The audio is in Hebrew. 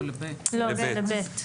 לא, ל-(ב).